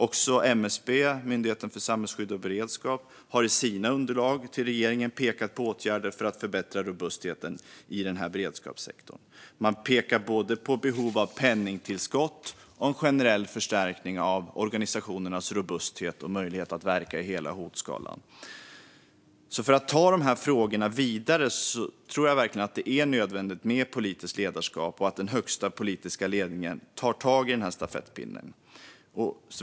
Också Myndigheten för samhällsskydd och beredskap, MSB, har i sina underlag till regeringen pekat på åtgärder för att förbättra robustheten i den här beredskapssektorn. Man pekar på behov av både penningtillskott och en generell förstärkning av organisationernas robusthet och möjlighet att verka i hela hotskalan. För att ta de här frågorna vidare är det nödvändigt med politiskt ledarskap och att den högsta politiska ledningen tar stafettpinnen.